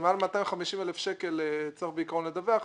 שמעל 250,000 צריך לדווח.